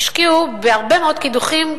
השקיעו בהרבה מאוד קידוחים,